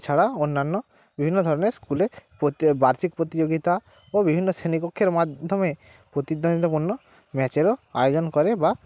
এছাড়া অন্যান্য বিভিন্ন ধরনের স্কুলে প্রতি বার্ষিক প্রতিযোগিতা ও বিভিন্ন শ্রেণীকক্ষের মাধ্যমে প্রতিদ্বন্দিতা পূর্ণ ম্যাচেরও আয়োজন করে বা